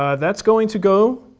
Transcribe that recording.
ah that's going to go,